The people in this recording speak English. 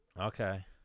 Okay